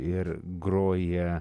ir groja